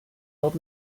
old